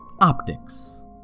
optics